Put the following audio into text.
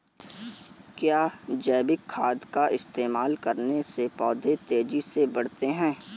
क्या जैविक खाद का इस्तेमाल करने से पौधे तेजी से बढ़ते हैं?